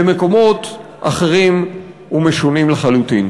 למקומות אחרים ומשונים לחלוטין.